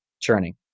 churning